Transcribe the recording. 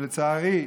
שלצערי,